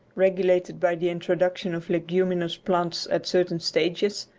regulated by the introduction of leguminous plants at certain stages,